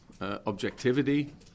objectivity